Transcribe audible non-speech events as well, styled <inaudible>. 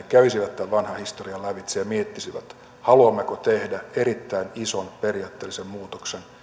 <unintelligible> kävisivät tämän vanhan historian lävitse ja miettisivät haluammeko tehdä erittäin ison periaatteellisen muutoksen